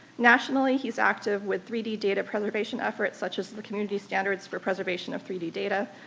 nationally, he's active with three d data preservation efforts such as the community standards for preservation of three d data,